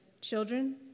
children